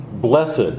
blessed